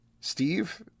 Steve